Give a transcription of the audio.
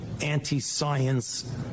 anti-science